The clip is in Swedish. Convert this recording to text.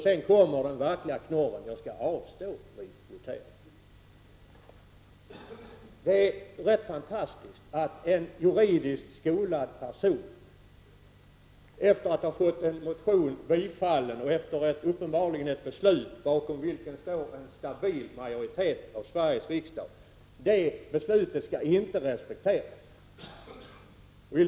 Sedan kommer den verkliga knorren, när Bengt Harding Olson säger: Jag skall avstå vid voteringen. Det är rätt fantastiskt att en juridiskt skolad person, efter att ha fått en motion biträdd — ett beslut bakom vilket en stabil majoritet i Sveriges riksdag står — menar att det beslutet inte skall respekteras.